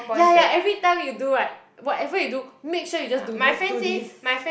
ya ya everytime you do right whatever you do make sure you just do this do this